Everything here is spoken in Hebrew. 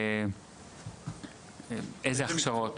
איזה הכשרות,